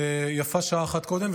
יפה שעה אחת קודם,